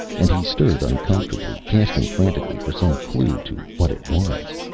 and he stirred uncomfortably, casting frantically for some clue to what it was.